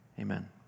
Amen